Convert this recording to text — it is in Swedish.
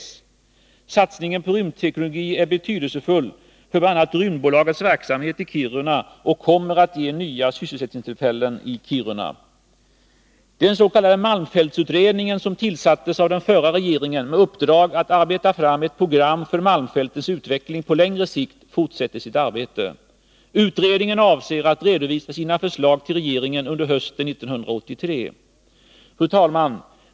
Måndagen den Satsningen på rymdteknologi är betydelsefull för bl.a. Rymdbolagets 417 januari 1983 verksamhet i Kiruna och kommer att ge nya sysselsättningstillfällen i Kiruna. malmfältsutredningen som tillsattes av den förra regeringen med uppdrag att arbeta fram ett program för malmfältens utveckling på längre sikt fortsätter sitt arbete. Utredningen avser att redovisa sina förslag till regeringen under hösten 1983. Fru talman!